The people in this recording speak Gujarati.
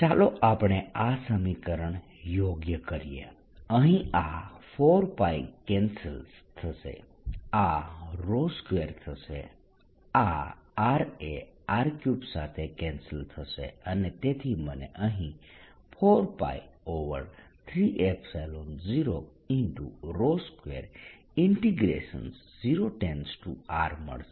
ચાલો આપણે આ સમીકરણ યોગ્ય કરીએ અહીં આ 4π કેન્સલ થશે આ 2 થશે આ r એ r3 સાથે કેન્સલ થશે અને તેથી મને અહીં 4π3020R મળશે